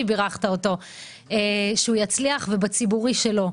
בירכת אותו שהוא יצליח ובמישור הציבורי לא.